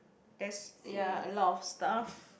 that's ya a lot of stuff